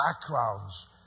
backgrounds